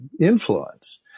influence